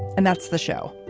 and that's the show.